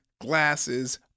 glasses